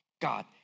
God